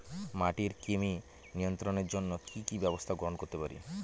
মাটির কৃমি নিয়ন্ত্রণের জন্য কি কি ব্যবস্থা গ্রহণ করতে পারি?